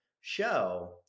show